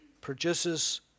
produces